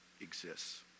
exists